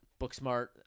Booksmart